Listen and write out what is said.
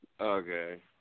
Okay